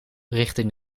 richting